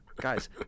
guys